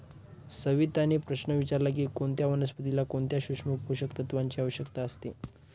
सविताने प्रश्न विचारला की कोणत्या वनस्पतीला कोणत्या सूक्ष्म पोषक तत्वांची आवश्यकता असते?